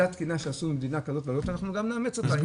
שזו התקינה שעשו במדינה כזאת וכזאת ושאנחנו גם נאמץ אותה.